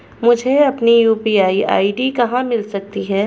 मुझे अपनी UPI ID कहां मिल सकती है?